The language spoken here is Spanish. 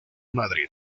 madrid